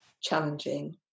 challenging